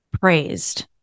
praised